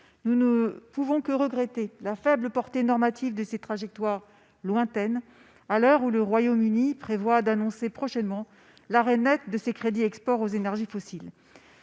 Nous ne pouvons que regretter la faible portée normative de ces trajectoires lointaines, alors que le Royaume-Uni prévoit d'annoncer prochainement l'arrêt net de ses crédits export aux énergies fossiles.